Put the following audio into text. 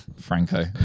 Franco